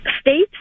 states